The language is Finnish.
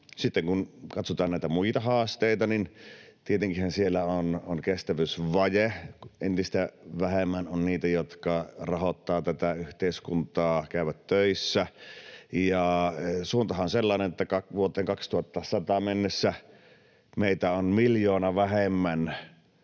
sitten kun katsotaan näitä muita haasteita, niin tietenkinhän siellä on kestävyysvaje: entistä vähemmän on niitä, jotka rahoittavat tätä yhteiskuntaa, käyvät töissä. Suuntahan on sellainen, että vuoteen 2100 mennessä meitä on miljoona vähemmän